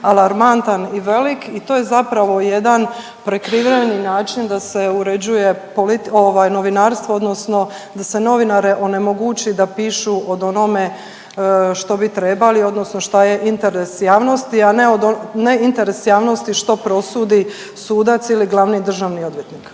alarmantan i velik i to je zapravo jedan prikriveni način da se uređuje novinarstvo, odnosno da se novinare onemogući da pišu o onome što bi trebali, odnosno šta je interes javnosti, a ne interes javnosti što prosudi sudac ili glavni državni odvjetnik.